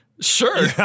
sure